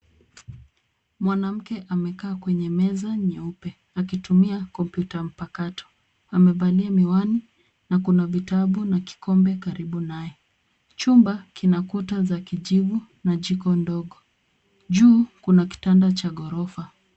Mwanamke amekaa kwenye meza nyeupe akitumia kompyuta mpakato. Amevalia miwani na kuna vitabu na kikombe karibu naye. Chumba kina kuta za kizivu na jiko dogo. Juu Kuna kitanda cha ghorofa.